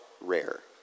rare